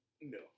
No